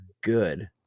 good